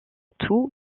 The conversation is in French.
tout